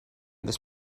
this